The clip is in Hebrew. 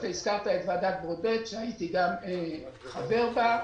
הזכרת את ועדת ברודט שהייתי חבר בה.